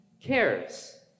cares